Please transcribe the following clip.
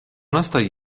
lastaj